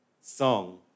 song